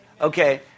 Okay